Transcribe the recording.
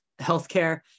healthcare